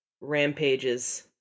rampages